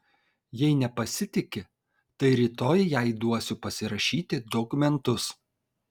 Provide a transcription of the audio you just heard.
jei nepasitiki tai rytoj jai duosiu pasirašyti dokumentus